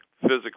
physically